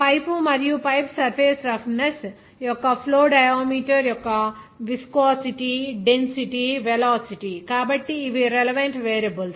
pipe మరియు pipe surface roughness యొక్క flow diameter యొక్క విస్కోసిటీ డెన్సిటీ వెలాసిటీ కాబట్టి ఇవి రిలేవెంట్ వేరియబుల్స్